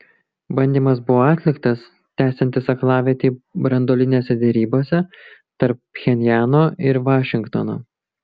bandymas buvo atliktas tęsiantis aklavietei branduolinėse derybose tarp pchenjano ir vašingtono